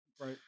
Right